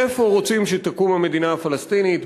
איפה רוצים שתקום המדינה הפלסטינית,